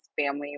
family